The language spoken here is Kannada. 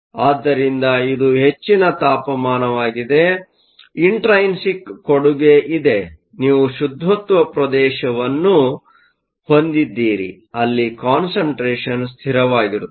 ಆದ್ದರಿಂದ ಇದು ಹೆಚ್ಚಿನ ತಾಪಮಾನವಾಗಿದೆ ಇಂಟ್ರೈನ್ಸಿಕ್Intrinsic ಕೊಡುಗೆ ಇದೆ ನೀವು ಶುದ್ಧತ್ವ ಪ್ರದೇಶವನ್ನು ಹೊಂದಿದ್ದೀರಿ ಅಲ್ಲಿ ಕಾನ್ಸಂಟ್ರೇಷನ್concentration ಸ್ಥಿರವಾಗಿರುತ್ತದೆ